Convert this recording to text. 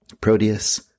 Proteus